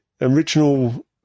original